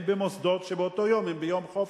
הם במוסדות שבאותו יום הם ביום חופש.